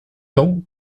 tant